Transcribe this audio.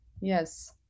Yes